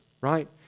right